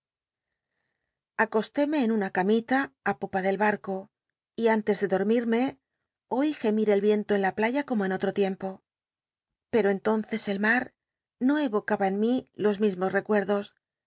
aeostéme en una camita i popa del bai'co y antes de dormirme oi gcmil el ricnlo en la pla a biblioteca nacional de españa david copperfield como en oto tiempo pero entonces el mar no evocaba en mi los mismos recuerdos